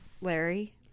larry